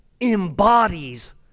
embodies